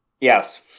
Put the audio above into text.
Yes